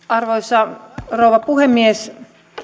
arvoisa rouva puhemies